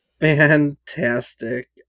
Fantastic